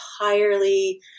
entirely